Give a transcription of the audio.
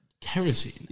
kerosene